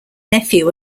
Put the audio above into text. nephew